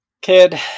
Kid